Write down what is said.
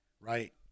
right